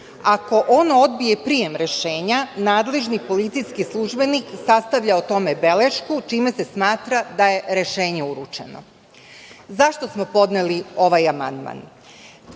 Ako ono odbije prijem rešenja, nadležni policijski službenik sastavlja o tome belešku, čime se smatra da je rešenje uručeno.Zašto smo podneli ovaj amandman?